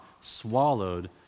swallowed